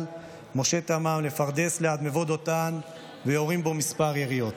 משה תמם לפרדס ליד מבוא דותן ויורים בו כמה יריות.